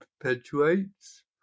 perpetuates